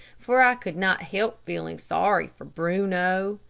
for i could not help feeling sorry for bruno.